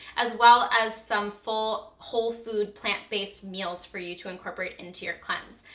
as well as some full whole food, plant-based meals for you to incorporate into your cleanse.